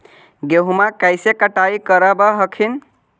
गेहुमा कैसे कटाई करब हखिन?